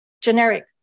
generic